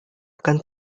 akan